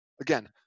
Again